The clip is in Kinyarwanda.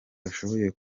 bashoboye